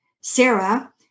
Sarah